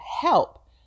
help